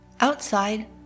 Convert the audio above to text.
Outside